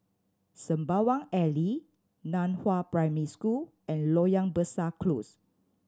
Sembawang Alley Nan Hua Primary School and Loyang Besar Close